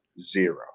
zero